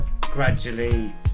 gradually